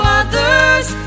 others